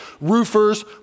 roofers